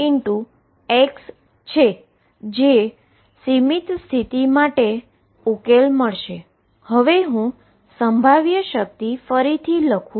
હવે હુ પોટેંશિઅલ ફરીથી લખું